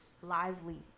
lively